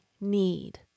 need